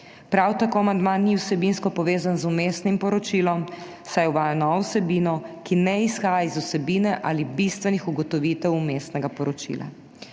Prav tako amandma ni vsebinsko povezan z vmesnim poročilom, saj uvaja novo vsebino, ki ne izhaja iz vsebine ali bistvenih ugotovitev vmesnega poročila.